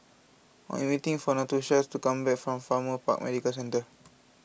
I am waiting for Natosha to come back from Farrer Park Medical Centre